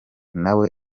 nawe